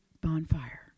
bonfire